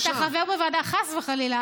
חס וחלילה.